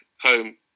home